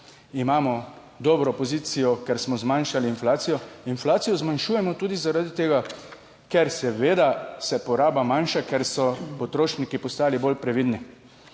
imamo dobro pozicijo, ker smo zmanjšali inflacijo. Inflacijo zmanjšujemo tudi zaradi tega, ker seveda se poraba manjša, ker so potrošniki postali bolj previdni